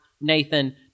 Nathan